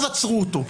אז עצרו אותו.